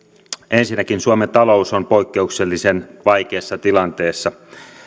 ensinnäkin suomen talous on poikkeuksellisen vaikeassa tilanteessa